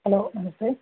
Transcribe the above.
hello नमस्ते